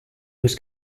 was